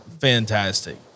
Fantastic